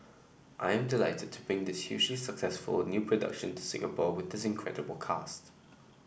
I am delighted to bring this huge successful new production to Singapore with this incredible cast